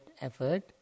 effort